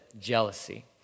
jealousy